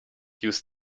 use